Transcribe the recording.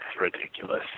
ridiculous